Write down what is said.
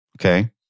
Okay